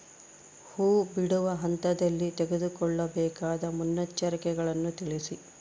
ಹೂ ಬಿಡುವ ಹಂತದಲ್ಲಿ ತೆಗೆದುಕೊಳ್ಳಬೇಕಾದ ಮುನ್ನೆಚ್ಚರಿಕೆಗಳನ್ನು ತಿಳಿಸಿ?